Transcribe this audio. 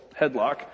headlock